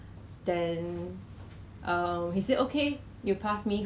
especially 那个很像 phase one 还是 phase two